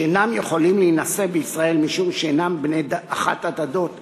שאינם יכולים להינשא בישראל משום שאינם בני אחת הדתות